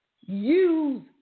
use